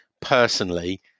personally